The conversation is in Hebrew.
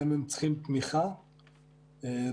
הדיון הפעם יעסוק בסוגיית ההכשרה המקצועית.